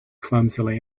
clumsily